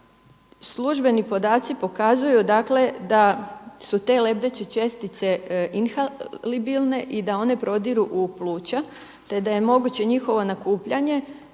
Službeni podaci pokazuju, dakle da su te lebdeće čestice inhalibilne i da one prodiru u pluća, te da je moguće njihovo nakupljanje